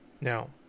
Now